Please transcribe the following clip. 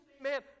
man